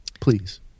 please